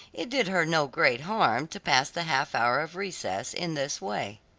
it did her no great harm to pass the half-hour of recess in this way.